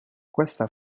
questa